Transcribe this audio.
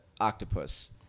octopus